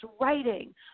writing